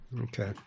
okay